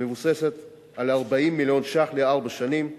המבוססת על 40 מיליון שקלים לארבע שנים,